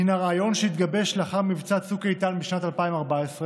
הינה רעיון שהתגבש לאחר מבצע צוק איתן בשנת 2014,